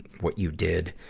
what you did,